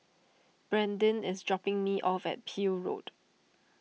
Brandyn is dropping me off at Peel Road